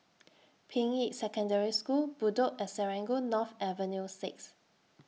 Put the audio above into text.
Ping Yi Secondary School Bedok and Serangoon North Avenue six